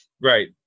Right